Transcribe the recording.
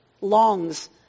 longs